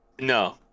No